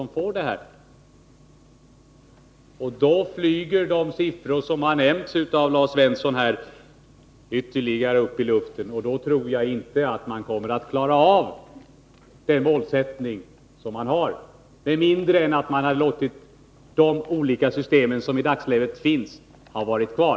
Jag skulle vilja säga att då flyger de siffror som Lars Svensson har nämnt upp i luften ytterligare, och då tror jag inte att man kommer att klara den målsättning man har med mindre än att man låter de olika system som i dagsläget finns vara kvar.